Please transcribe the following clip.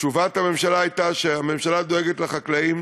תשובת הממשלה הייתה שהממשלה דואגת לחקלאים,